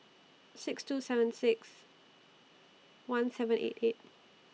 six two seven six one seven eight eight